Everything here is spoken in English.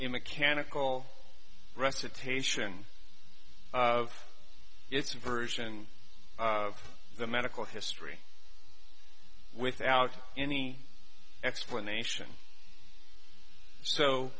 a mechanical recitation of its version of the medical history without any explanation so